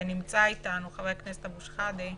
שנמצא אתנו, חבר הכנסת אבו שחאדה,